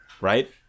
right